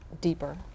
deeper